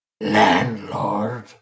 Landlord